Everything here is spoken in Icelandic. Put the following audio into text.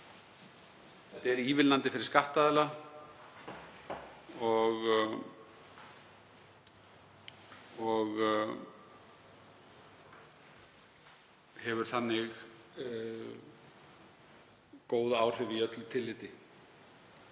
Þetta er ívilnandi fyrir skattaðila og hefur þannig góð áhrif í öllu tilliti.